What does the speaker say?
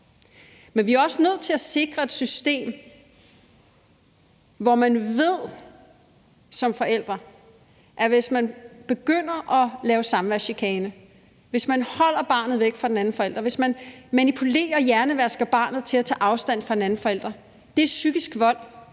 er vi også nødt til at sikre et system, hvor man som forælder ved, at hvis man begynder at lave samværschikane, holder barnet væk fra den anden forælder, manipulerer og hjernevasker barnet til at tage afstand fra den anden forælder, er det psykisk vold